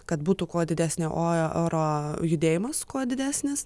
kad būtų kuo didesnio oro judėjimas kuo didesnis